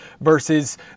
versus